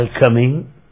welcoming